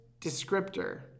descriptor